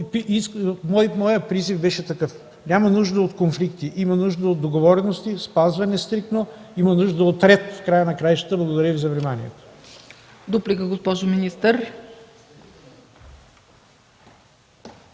Моят призив беше такъв: няма нужда от конфликти, има нужда от договорености, спазвани стриктно. Има нужда от ред в края на краищата. Благодаря Ви за вниманието.